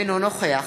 אינו נוכח